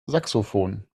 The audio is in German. saxophon